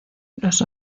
los